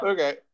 Okay